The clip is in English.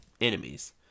enemies